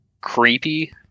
creepy